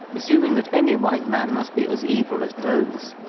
assuming that any white man must be as evil as bones.